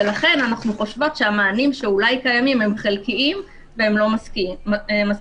לכן אנחנו חושבים שהמענים שאולי קיימים הם חלקיים ולא מספיקים.